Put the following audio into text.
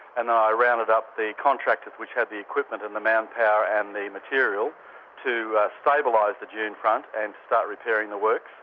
and then i rounded up the contractors which had the equipment and the manpower and the material to stabilise the dune front and start repairing the works,